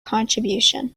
contribution